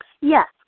yes